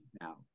now